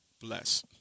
bless